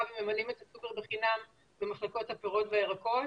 וממלאים את הסופר בחינם במחלקות הפירות והירקות.